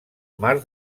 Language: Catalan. mar